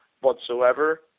whatsoever